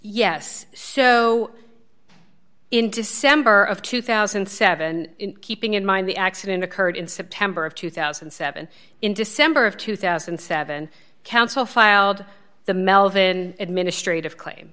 yes so in december of two thousand and seven keeping in mind the accident occurred in september of two thousand and seven in december of two thousand and seven counsel filed the melvin administrative claim